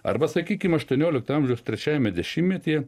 arba sakykim aštuoniolikto amžiaus trečiajame dešimtmetyje